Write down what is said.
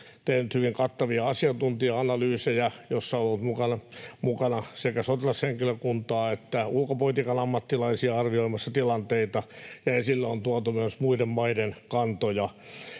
tehnyt hyvin kattavia asiantuntija-analyysejä, joissa on ollut mukana sekä sotilashenkilökuntaa että ulkopolitiikan ammattilaisia arvioimassa tilanteita. Esille on tuotu myös muiden maiden kantoja,